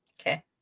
Okay